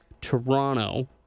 Toronto